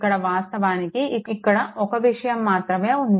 ఇక్కడ వాస్తవానికి ఇక్కడ ఒక విషయం మాత్రమే ఉంది